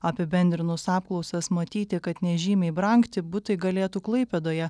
apibendrinus apklausas matyti kad nežymiai brangti butai galėtų klaipėdoje